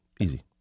Easy